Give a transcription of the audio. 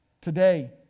Today